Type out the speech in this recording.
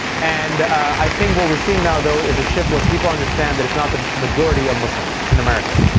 and i think what we're seeing now, though, is a shift where people understand that it's not the majority of muslims in america.